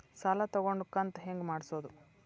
ಸಾಲ ತಗೊಂಡು ಕಂತ ಹೆಂಗ್ ಮಾಡ್ಸೋದು?